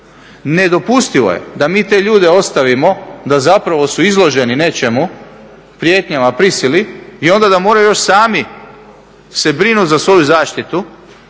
Nedopustivo je da mi te ljude ostavimo da zapravo su izloženi nečemu, prijetnjama, prisili i onda da moraju još sami se brinuti za svoju zaštitu,